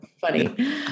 funny